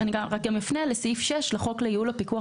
אני גם מפנה לסעיף 6 לחוק לייעול הפיקוח